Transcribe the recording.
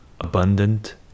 abundant